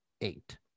eight